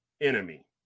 enemy